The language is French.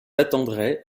attendrai